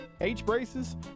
H-braces